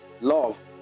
Love